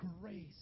grace